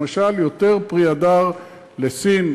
למשל יותר פרי הדר לסין,